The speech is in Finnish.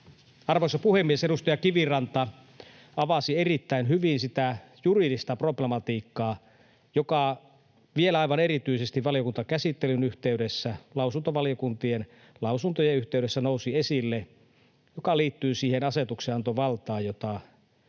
Arvoisa puhemies! Edustaja Kiviranta avasi erittäin hyvin sitä juridista problematiikkaa, joka vielä aivan erityisesti valiokuntakäsittelyn yhteydessä, lausuntovaliokuntien lausuntojen yhteydessä, nousi esille, joka liittyy siihen asetuksenantovaltaan, jota tämä